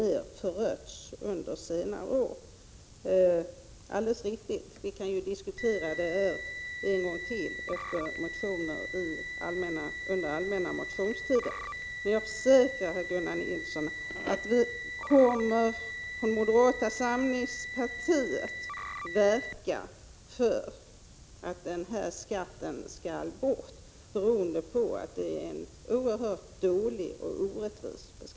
Det är alldeles riktigt, som Gunnar Nilsson här säger, att vi kan återkomma till den här diskussionen i samband med behandlingen av de motioner som väcks under den allmänna motionstiden. Men jag försäkrar, herr Gunnar Nilsson, att vi i moderata samlingspartiet kommer att verka för att den här skatten skall avskaffas, eftersom den är oerhört dålig och orättvis.